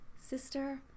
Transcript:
sister